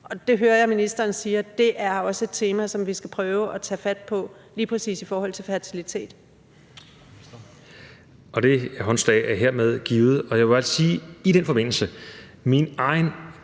vis, hører jeg ministeren sige også er et tema, som vi skal prøve at tage fat på – lige præcis i forhold til fertilitet.